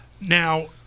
Now